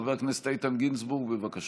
חבר הכנסת איתן גינזבורג, בבקשה.